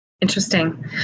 Interesting